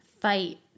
fight